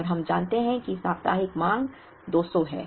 और हम जानते हैं कि साप्ताहिक मांग 200 है